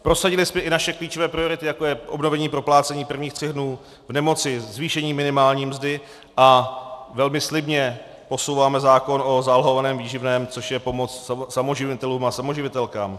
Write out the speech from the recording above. Prosadili jsme i naše klíčové priority, jako je obnovení proplácení prvních tří dnů v nemoci, zvýšení minimální mzdy, a velmi slibně posouváme zákon o zálohovaném výživném, což je pomoc samoživitelům a samoživitelkám.